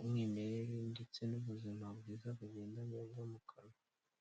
umwimerere ndetse n'ubuzima bwiza bugenda neza mu kanwa.